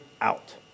Out